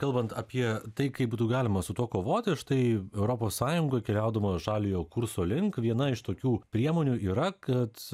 kalbant apie tai kaip būtų galima su tuo kovoti štai europos sąjunga keliaudama žaliojo kurso link viena iš tokių priemonių yra kad